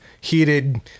heated